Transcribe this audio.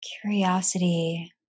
curiosity